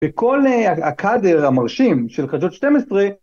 בכל הקאדר המרשים של חדשות 12